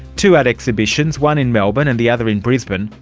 two art exhibitions, one in melbourne and the other in brisbane,